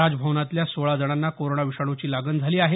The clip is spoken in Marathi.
राजभवनातल्या सोळा जणांना कोरोना विषाणूची लागण झाली आहे